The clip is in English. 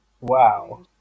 Wow